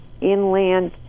inland